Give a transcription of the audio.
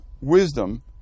wisdom